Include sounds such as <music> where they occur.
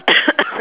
<coughs>